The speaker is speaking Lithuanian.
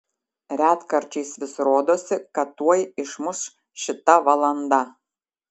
retkarčiais vis rodosi kad tuoj išmuš šita valanda